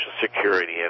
Security